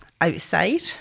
outside